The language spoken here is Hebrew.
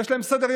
ויש להם סדר-יום: